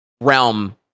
realm